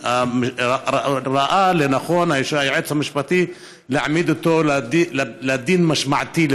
ראה לנכון היועץ המשפטי להעמיד אותו לדין משמעתי,